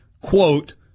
quote